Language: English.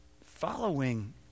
following